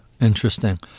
Interesting